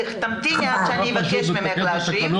תמתיני עד שאבקש ממך להשיב.